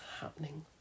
happening